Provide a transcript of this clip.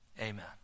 amen